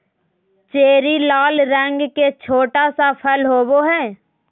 cherry लाल रंग के छोटा सा फल होबो हइ